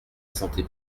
santé